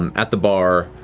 um at the bar,